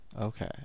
Okay